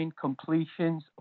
completions